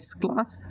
class